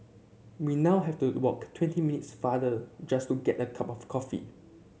we now have to walk twenty farther just to get a cup of coffee